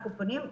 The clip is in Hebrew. אנו פונים,